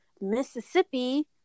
mississippi